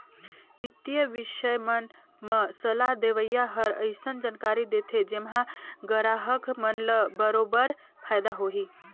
बित्तीय बिसय मन म सलाह देवइया हर अइसन जानकारी देथे जेम्हा गराहक मन ल बरोबर फायदा होही